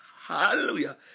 Hallelujah